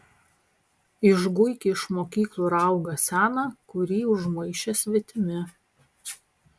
išguiki iš mokyklų raugą seną kurį užmaišė svetimi